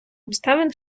обставин